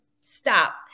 stop